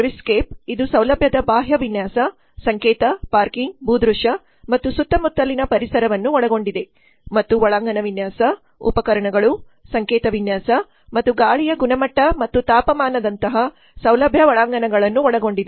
service ಸ್ಕೇಪ್ ಇದು ಸೌಲಭ್ಯದ ಬಾಹ್ಯ ವಿನ್ಯಾಸ ಸಂಕೇತ ಪಾರ್ಕಿಂಗ್ ಭೂದೃಶ್ಯ ಮತ್ತು ಸುತ್ತಮುತ್ತಲಿನ ಪರಿಸರವನ್ನು ಒಳಗೊಂಡಿದೆ ಮತ್ತು ಒಳಾಂಗಣ ವಿನ್ಯಾಸ ಉಪಕರಣಗಳು ಸಂಕೇತ ವಿನ್ಯಾಸ ಮತ್ತು ಗಾಳಿಯ ಗುಣಮಟ್ಟ ಮತ್ತು ತಾಪಮಾನದಂತಹ ಸೌಲಭ್ಯ ಒಳಾಂಗಣಗಳನ್ನು ಒಳಗೊಂಡಿದೆ